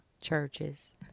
churches